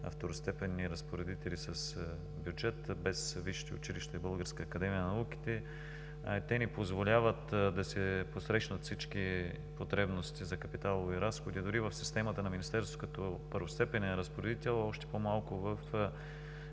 второстепенни разпоредители с бюджет, без висшите училища и Българска академия на науките. Те не позволяват да се посрещнат всички потребности за капиталови разходи дори в системата на Министерството, като първостепенен разпоредител, а още по-малко в